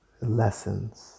lessons